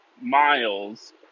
miles